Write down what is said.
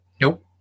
Nope